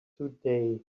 today